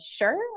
sure